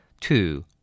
two